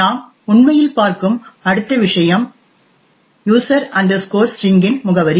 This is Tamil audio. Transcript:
நாம் உண்மையில் பார்க்கும் அடுத்த விஷயம் யூசர் ஸ்டிரிங் இன்user string முகவரி